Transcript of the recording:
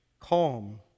calm